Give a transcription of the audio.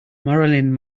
marilyn